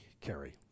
carry